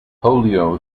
polio